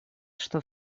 что